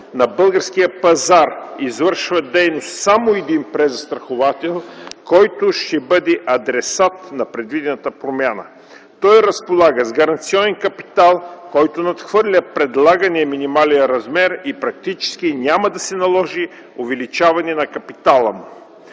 на българския пазар извършва дейност само един презастраховател, който ще бъде адресат на предвидената промяна. Той разполага с гаранционен капитал, който надхвърля предлагания минимален размер, и практически няма да се наложи увеличаване на капитала му.